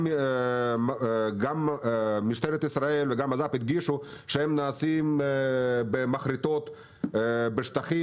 גם משטרת ישראל וגם בט"פ הדגישו שהם נעשים במחרטות בשטחים.